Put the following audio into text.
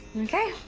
okay,